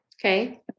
Okay